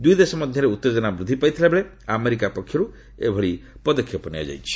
ଦୁଇଦେଶ ମଧ୍ୟରେ ଉତ୍ତେଜନା ବୃଦ୍ଧି ପାଇଥିବାବେଳେ ଆମେରିକା ପକ୍ଷରୁ ଏଭଳି ପଦକ୍ଷେପ ନିଆଯାଇଛି